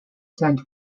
sent